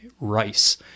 RICE